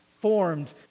formed